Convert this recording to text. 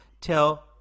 till